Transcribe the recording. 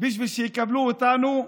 בשביל שיקבלו אותנו?